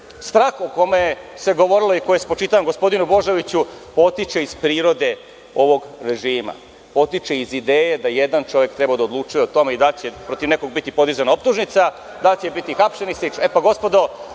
strah o kome se govorilo i koji je spočitavan gospodinu Božoviću potiče iz prirode ovog režima, potiče iz ideje da bi jedan čovek trebalo da odlučuje o tome da li će protiv nekoga biti podizana optužnica, da li će biti hapšen i slično. Gospodo,